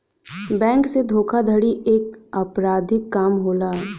bank से धोखाधड़ी एक अपराधिक काम होला